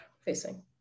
facing